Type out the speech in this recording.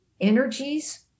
Energies